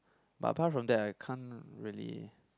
but apart from that I can't really